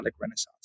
renaissance